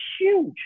huge